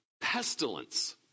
pestilence